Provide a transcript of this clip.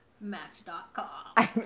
Match.com